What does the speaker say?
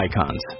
icons